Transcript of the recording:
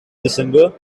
december